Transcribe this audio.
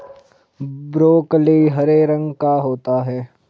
broccoli हरे रंग का होता है